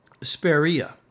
*speria*